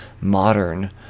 modern